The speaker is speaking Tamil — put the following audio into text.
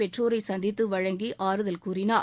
பெற்றோரைசந்தித்துவழங்கிஆறுதல் கூறினார்